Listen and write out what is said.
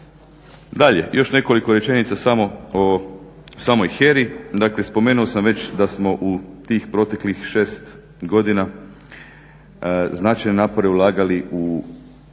Dalje. Još nekoliko rečenica samo o samoj HERA-i. Dakle spomenuo sam već da smo u tih proteklih 6 godina značajne napore ulagali u